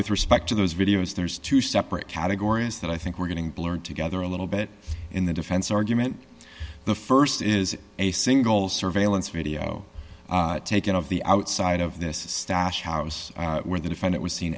with respect to those videos there's two separate categories that i think we're getting blurred together a little bit in the defense argument the st is a single surveillance video taken of the outside of this stash house where the defendant was seen